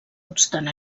obstant